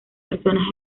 personas